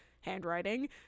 handwriting